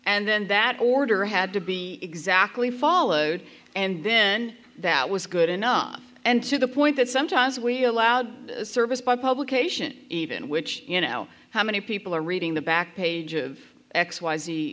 and then that order had to be exactly followed and then that was good enough and to the point that sometimes we allowed service by publication even which you know how many people are reading the back page of x